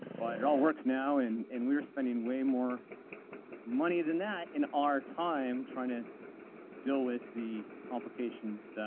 but it all works now and and we are spending way more money than that in our time trying to deal with the complications,